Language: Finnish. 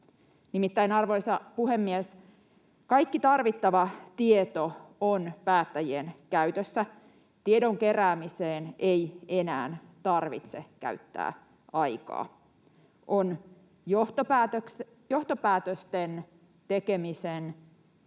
Nimittäin, arvoisa puhemies, kaikki tarvittava tieto on päättäjien käytössä. Tiedon keräämiseen ei enää tarvitse käyttää aikaa. On johtopäätösten tekemisen ja